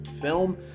film